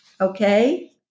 Okay